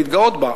להתגאות בה,